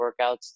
workouts